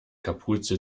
kapuze